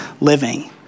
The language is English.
living